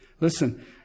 Listen